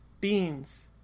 beans